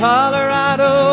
Colorado